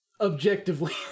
objectively